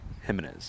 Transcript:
Jimenez